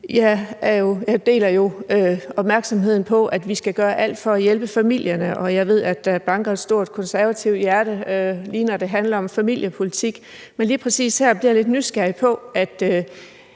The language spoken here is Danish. skal være opmærksomme på at gøre alt for at hjælpe familierne, og jeg ved, at der banker et stort konservativt hjerte hos ordføreren, lige når det handler om familiepolitik. Men lige præcis her bliver jeg lidt nysgerrig efter